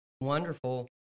wonderful